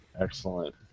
excellent